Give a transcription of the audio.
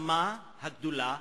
ראאד סלאח למעצמה הגדולה.